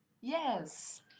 Yes